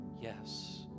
yes